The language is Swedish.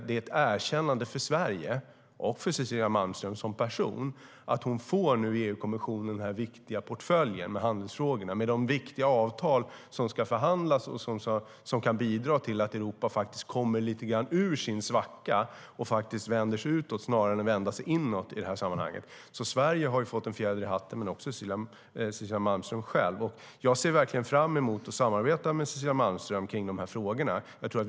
Det är ett erkännande för Sverige och för Cecilia Malmström som person att hon nu i EU-kommissionen får den viktiga portföljen med handelsfrågorna och de viktiga avtal som ska förhandlas och som kan bidra till att Europa kommer lite grann ur sin svacka och vänder sig utåt snarare än inåt i det här sammanhanget. Sverige har fått en fjäder i hatten men också Cecilia Malmström själv. Jag ser verkligen fram emot att samarbeta med Cecilia Malmström om de här frågorna.